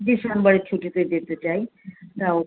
ডিসেম্বরের ছুটিতে যেতে চাই তাও